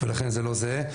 ולכן זה לא זהה.